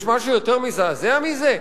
יש משהו יותר מזעזע מזה?